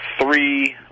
three